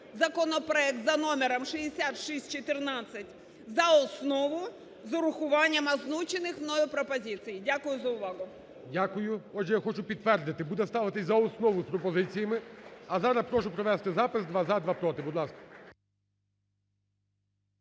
законопроект за номером 6614 за основу з урахуванням озвучених мною пропозицій. Дякую за увагу. ГОЛОВУЮЧИЙ. Дякую. Отже, я хочу підтвердити, буде ставитися за основу із пропозиціями. А зараз прошу провести запис: два – за, два – проти. Будь ласка.